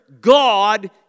God